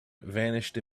vanished